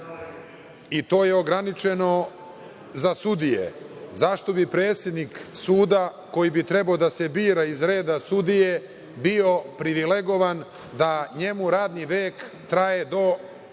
i to je ograničeno za sudije, zašto bi predsednik suda, koji bi trebao da se bira iz reda sudije, bio privilegovan da njemu radni vek traje do